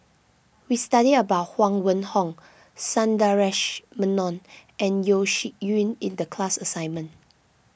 we studied about Huang Wenhong Sundaresh Menon and Yeo Shih Yun in the class assignment